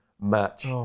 match